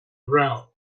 route